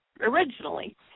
originally